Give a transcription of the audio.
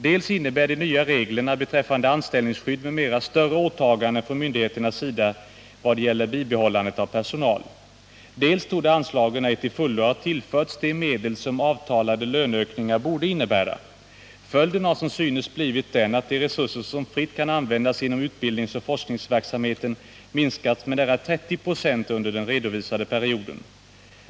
Dels innebär de nya reglerna beträffande anställningsskydd m.m. större åtaganden från myndigheternas sida vad gäller bibehållandet av personal, dels torde anslagen ej till fullo ha tillförts de medel som avtalade löneökningar borde innebära. Följden har som synes blivit den att de resurser som fritt kan användas inom utbildningsoch forskningsverksamheten minskat med nära 30 96 under den redovisade perioden.